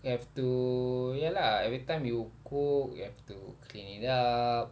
you have to ya lah everytime you cook have to clean it up